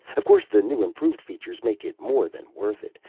of course the new improved features make it more than worth it.